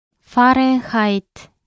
Fahrenheit